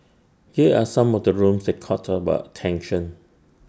here are some of the rooms that caught about tension